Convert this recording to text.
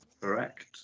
Correct